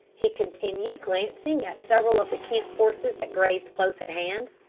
he continued, glancing at several of the camp horses that grazed close at hand.